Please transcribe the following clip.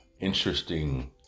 interesting